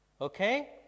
Okay